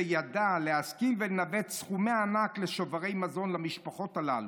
שידע להשכיל ולנווט סכומי ענק לשוברי מזון למשפחות הללו,